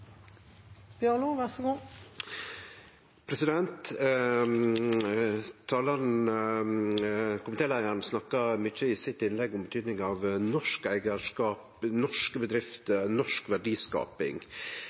snakka mykje i innlegget sitt om betydninga av norsk eigarskap, norske bedrifter, norsk